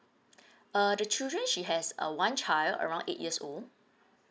uh the children she has err one child around eight years old